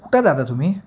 कुठं दादा तुम्ही